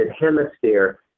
hemisphere